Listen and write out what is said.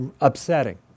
upsetting